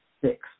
six